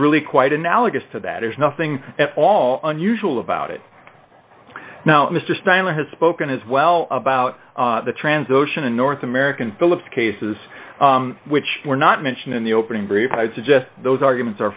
really quite analogous to that there's nothing at all unusual about it now mr steiner has spoken as well about the trans ocean and north american phillips cases which were not mentioned in the opening brief i'd suggest those arguments are